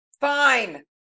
Fine